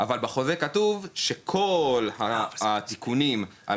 אבל בחוזה היה כתוב שכל התיקונים על